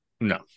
No